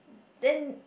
then